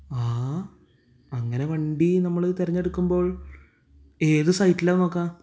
ആ അങ്ങനെ വണ്ടി നമ്മൾ തിരഞ്ഞെടുക്കുമ്പോൾ ഏത് സൈറ്റിലാണ് നോക്കുക